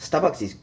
Starbucks is